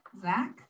Zach